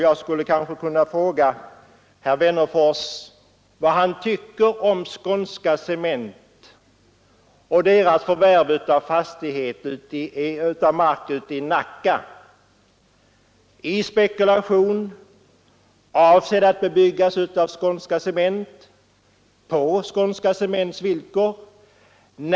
Jag kanske skulle kunna fråga herr Wennerfors vad han tycker om Skånska Cements markförvärv i Nacka. Förvärvet har skett i spekulationssyfte, och marken är avsedd att bebyggas av Skånska Cement på Skånska Cements villkor.